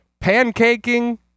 pancaking